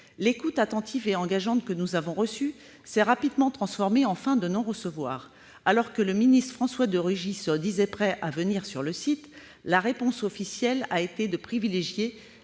L'écoute attentive et engageante que nous avons reçue s'est rapidement transformée en fin de non-recevoir. Alors que le ministre François de Rugy se disait prêt à venir sur le site, la réponse officielle a consisté à privilégier